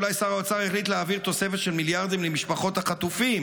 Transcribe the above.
אולי שר האוצר החליט להעביר תוספת של מיליארדים למשפחות החטופים,